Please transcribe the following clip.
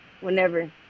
Whenever